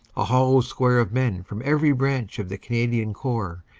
a hollow square of men from every branch of the canadian corps,